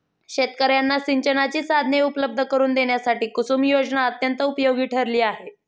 शेतकर्यांना सिंचनाची साधने उपलब्ध करून देण्यासाठी कुसुम योजना अत्यंत उपयोगी ठरली आहे